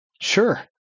Sure